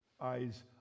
eyes